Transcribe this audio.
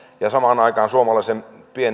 samaan aikaan suomalaisten